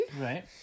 Right